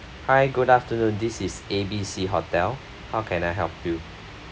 hi good afternoon this is A B C hotel how can I help you